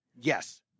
Yes